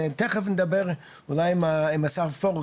- נדבר עם השר פורר,